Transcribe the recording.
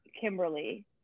Kimberly